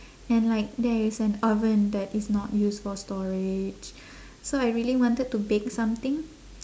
and like there is an oven that is not used for storage so I really wanted to bake something